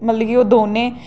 मतलब कि ओह् दोनें